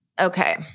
Okay